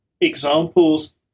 examples